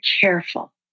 careful